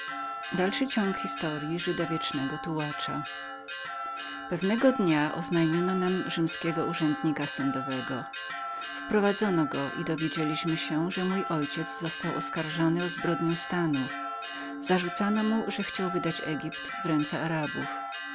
velasqueza tak dalej opowiadał swoje przygody pewnego dnia oznajmiono nam sądowego rzymskiego urzędnika wprowadzono go i dowiedzieliśmy się że mój ojciec został oskarżonym o zbrodnię stanu za to że chciał wydać egipt w ręce arabów